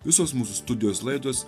visos mūsų studijos laidos